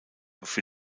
für